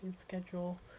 schedule